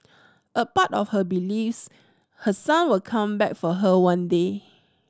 a part of her believes her son will come back for her one day